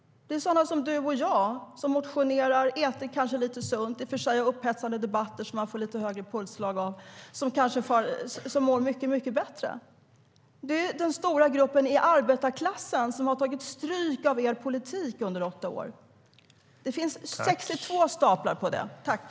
Det är sådana som du och jag som motionerar och kanske äter lite sunt - i och för sig har vi upphetsande debatter som man får lite högre pulsslag av - som mår mycket bättre. Det är den stora gruppen i arbetarklassen som har tagit stryk av er politik under åtta år. Det finns 62 staplar på det.